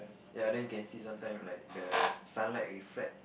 ya the you can see sometime like the sunlight reflect